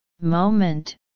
moment